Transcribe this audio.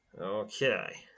Okay